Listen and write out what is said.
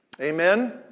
Amen